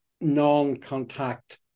non-contact